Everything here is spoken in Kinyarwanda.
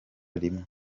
rimwe